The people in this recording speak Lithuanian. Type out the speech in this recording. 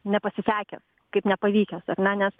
nepasisekęs kaip nepavykęs ar ne nes